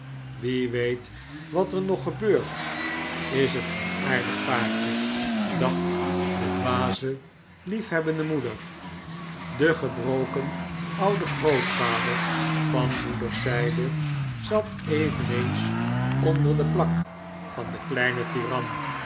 wie weet wat er nog gebeurt is het geen aardig paartje dacht de dwaze liefhebbende moeder de gebroken oude grootvader van moederszijde zat eveneens onder de plak van den kleinen